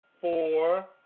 four